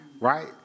Right